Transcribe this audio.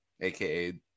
aka